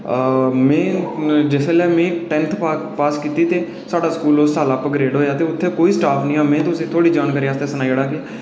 ते जिसलै में टैंथ पास कीती ते साढ़ा स्कूल उस साल अपग्रेड होआ हा ते उत्थै कोई स्टाफ नेईं हा